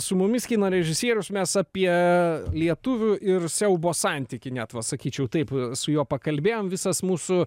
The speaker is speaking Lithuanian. su mumis kino režisierius mes apie lietuvių ir siaubo santykį net va sakyčiau taip su juo pakalbėjom visas mūsų